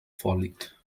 vorliegt